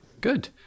Good